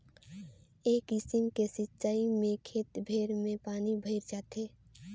ए किसिम के सिचाई में खेत भेर में पानी भयर जाथे